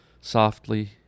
Softly